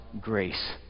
grace